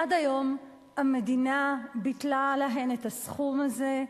עד היום המדינה ביטלה להן את הסכום הזה.